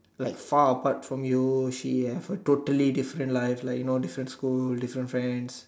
like far apart from you she have a totally different life different school different friends